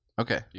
okay